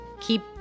keep